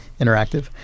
Interactive